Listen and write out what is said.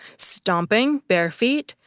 stomping bare feet,